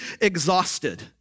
exhausted